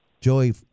Joey